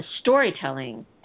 storytelling